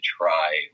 try